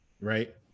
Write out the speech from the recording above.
right